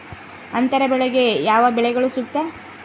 ಅಂತರ ಬೆಳೆಗೆ ಯಾವ ಬೆಳೆಗಳು ಸೂಕ್ತ?